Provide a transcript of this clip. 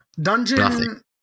Dungeon